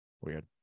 Weird